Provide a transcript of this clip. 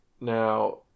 Now